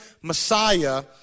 Messiah